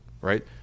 right